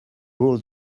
rule